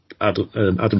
Adam